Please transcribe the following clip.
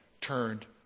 turned